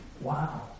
wow